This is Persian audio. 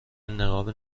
نقاب